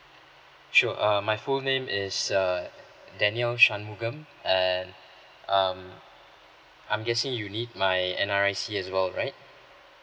sure uh my full name is uh daniel shanmugen and um I'm guessing you need my N_R_I_C as well right